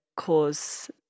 cause